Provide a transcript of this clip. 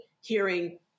hearing